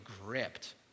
gripped